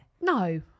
No